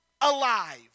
alive